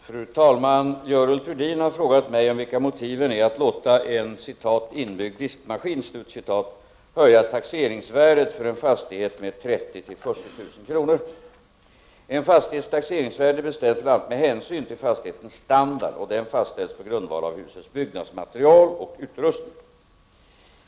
Fru talman! Görel Thurdin har frågat mig om vilka motiven är att låta en ”inbyggd diskmaskin” höja taxeringsvärdet på en fastighet med 30 000 40 000 kr. En fastighets taxeringsvärde bestäms bl.a. med hänsyn till fastighetens standard. Denna fastställs på grundval av husets byggnadsmaterial och utrustning.